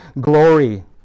glory